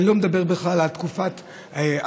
אני לא מדבר בכלל על תקופת היישום,